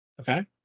Okay